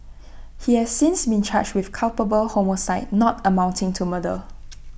he has since been charged with culpable homicide not amounting to murder